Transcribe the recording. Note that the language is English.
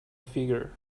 figure